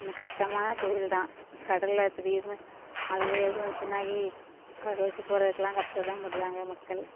என்ன கஷ்டமான தொழில் தான் கடல்ல திடீர்னு அலைகள் எதுவும் வந்துச்சினால் கடலுக்கு போகிறதுக்குலாம் கஷ்டம் தான் படுறாங்க மக்கள்